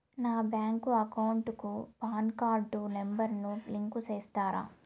నా bank account కు PAN card number ను లింకు సేస్తారా?